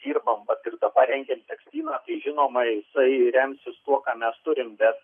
dirbam vat ir dabar rengiam tekstyną žinoma jisai remsis tuo ką mes turim bet